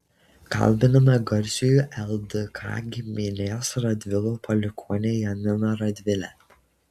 kalbiname garsiųjų ldk giminės radvilų palikuonę janiną radvilę